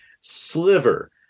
Sliver